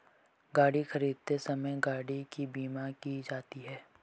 गाड़ी खरीदते समय गाड़ी की बीमा की जाती है